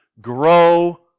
grow